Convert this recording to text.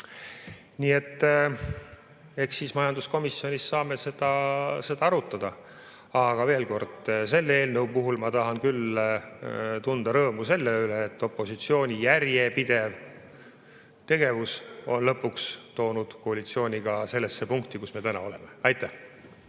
Nii et eks siis majanduskomisjonis saame arutada. Aga veel kord: selle eelnõu puhul ma küll tunnen rõõmu selle üle, et opositsiooni järjepidev tegevus on lõpuks toonud koalitsiooni sellesse punkti, kus me täna oleme. Aitäh!